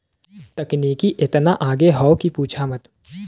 तकनीकी एतना आगे हौ कि पूछा मत